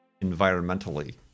environmentally